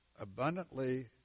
abundantly